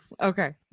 okay